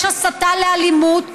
יש הסתה לאלימות,